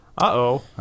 Uh-oh